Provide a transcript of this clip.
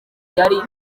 yari